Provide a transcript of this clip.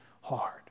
hard